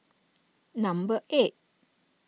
number eight